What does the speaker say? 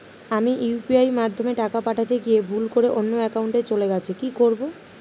আমি ইউ.পি.আই মাধ্যমে টাকা পাঠাতে গিয়ে ভুল করে অন্য একাউন্টে চলে গেছে কি করব?